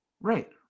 Right